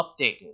updated